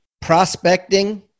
prospecting